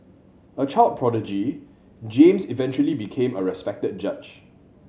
a child prodigy James eventually became a respected judge